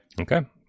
Okay